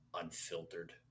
unfiltered